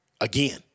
Again